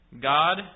God